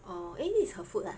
orh eh this is her food ah